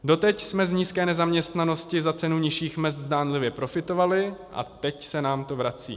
Doteď jsme z nízké nezaměstnanosti za cenu nižších mezd zdánlivě profitovali a teď se nám to vrací.